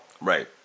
Right